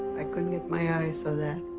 and couldn't get my eyes or that